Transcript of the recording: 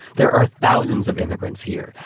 there are thousands of immigrants here,